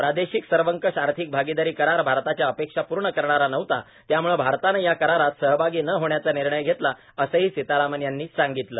प्रादेशिक सर्वकश आर्थिक आगीदारी करार आरताच्या अपेक्षा पूर्ण करणारा नव्हता त्यामुळेच भारतानं या करारात सहभागी न होण्याचा निर्णय घेतला असंही सीतारमण यांनी सांगितलं